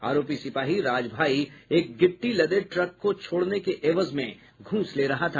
आरोपी सिपाही राज भाई एक गिट्टी लदे ट्रक को छोड़ने के एवज में घूस ले रहा था